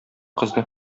кызны